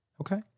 Okay